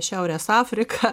šiaurės afrika